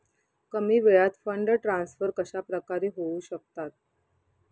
कमी वेळात fund transfer कशाप्रकारे होऊ शकतात?